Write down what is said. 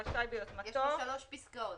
אבל יש פה שלוש פסקאות.